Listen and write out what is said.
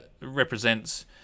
represents